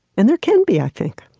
and there can be, i think.